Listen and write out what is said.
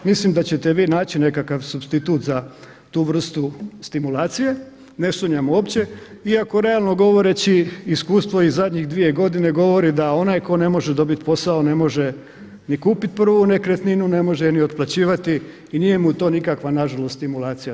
Mislim da ćete vi naći nekakav supstitut za tu vrstu stimulacije, ne sumnjam uopće iako realno govoreći iskustvo iz zadnjih 2 godine govori da onaj tko ne može dobiti posao ne može ni kupit prvu nekretninu, ne može je ni otplaćivati i nije mu to nikakva nažalost stimulacija.